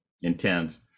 intense